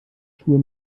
schuhe